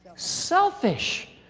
selfish.